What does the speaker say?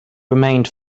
remained